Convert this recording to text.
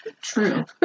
True